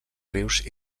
rius